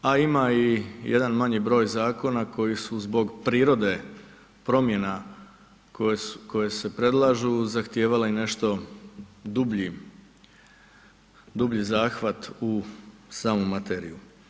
A ima i jedan manji broj zakona koji su zbog prirode promjena koje se predlažu zahtijevale i nešto dublji, dublji zahvat u samu materiju.